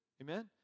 amen